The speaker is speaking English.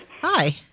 Hi